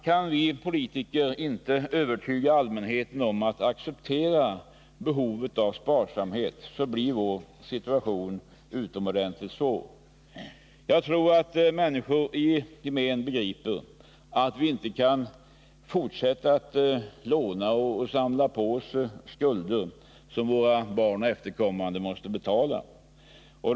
Kan vi politiker inte övertyga allmänheten om att den måste acceptera behovet av sparsamhet, blir vår situation utomordentligt svår. Jag tror att människorna i gemen begriper att vi inte kan fortsätta att låna och samla på oss skulder som våra barn måste betala.